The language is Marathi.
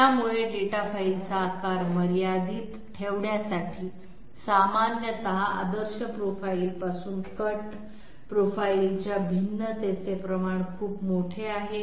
त्यामुळे डेटा फाईलचा आकार मर्यादेत ठेवण्यासाठी सामान्यत आदर्श प्रोफाइलपासून कट प्रोफाइलच्या भिन्नतेचे प्रमाण खूप मोठे आहे